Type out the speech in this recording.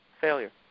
failure